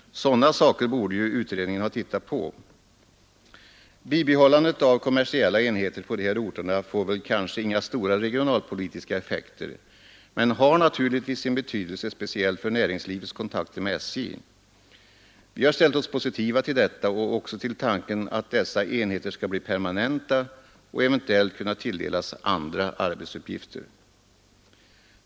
Sådana saker borde ju utredningen ha tittat på. Bibehållandet av kommersiella enheter på de här orterna får kanske inga stora regionalpolitiska effekter men har naturligtvis sin betydelse speciellt för näringslivets kontakter med SJ. Vi har ställt oss positiva till detta och också till tanken att dessa enheter skall bli permanenta och eventuellt kunna tilldelas andra arbetsuppgifter.